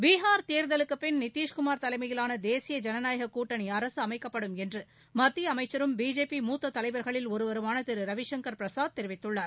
பீகார் தேர்தலுக்குப் பின் நிதிஷ்குமார் தலைமையிலான தேசிய ஜனநாயகக் கூட்டணி அரசு அமைக்கப்படும் என்று மத்திய அமைக்சரும் பிஜேபி மூத்த தலைவா்களில் ஒருவருமான திரு ரவிசங்கள் பிரசாத் தெரிவித்துள்ளார்